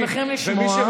אנחנו שמחים לשמוע.